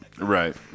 right